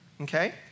okay